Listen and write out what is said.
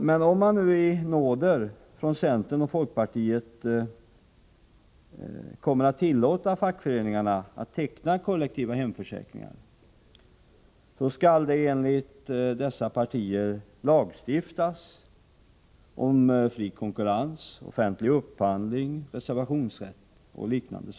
Men om nu centern och folkpartiet i nåder kommer att tillåta fackföreningarna att teckna kollektiva hemförsäkringar, skall det enligt dessa partier lagstiftas om fri konkurrens, offentlig upphandling, reservationsrätt och liknande.